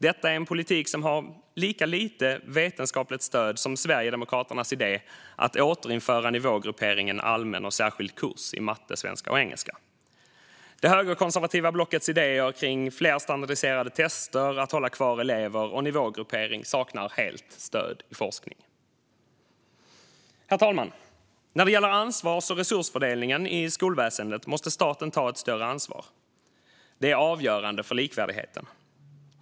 Det är en politik som har lika lite vetenskapligt stöd som Sverigedemokraternas idé om att återinföra nivågrupperingen allmän och särskild kurs i matte, svenska och engelska. Det högerkonservativa blockets idéer om fler standardiserade tester, att hålla kvar elever och nivågruppering saknar helt stöd i forskningen. Herr talman! När det gäller ansvars och resursfördelning i skolväsendet måste staten ta ett större ansvar. Det är avgörande för likvärdigheten.